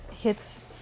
hits